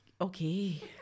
Okay